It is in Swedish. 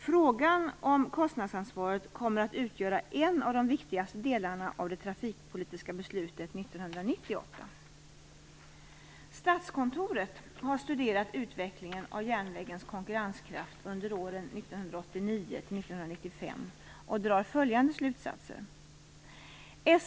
Frågan om kostnadsansvaret kommer att utgöra en av de viktigaste delarna av det trafikpolitiska beslutet Statskontoret har studerat utvecklingen av järnvägens konkurrenskraft under åren 1989-1995 och drar följande slutsatser.